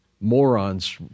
morons